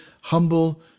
humble